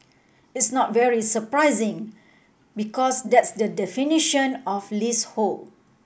it's not very surprising because that's the definition of leasehold